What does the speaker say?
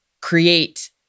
create